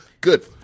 Good